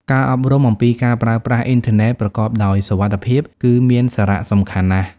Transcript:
ការអប់រំអំពី ការប្រើប្រាស់អ៊ីនធឺណិតប្រកបដោយសុវត្ថិភាព គឺមានសារៈសំខាន់ណាស់។